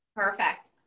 Perfect